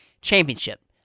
championship